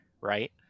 Right